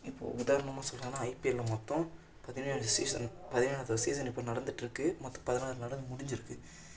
இப்போ உதாரணமாக சொல்லுறதுன்னா ஐபிஎலில் மொத்தம் பதினேழு சீசன் பதினேழாவது சீசன் இப்போ நடந்துட்டு இருக்கு மொத்தம் பதினாலு நடந்து முடிஞ்சுருக்கு